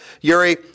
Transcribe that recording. Yuri